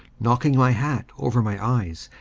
knocking my hat over my eyes,